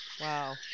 Wow